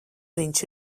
viņš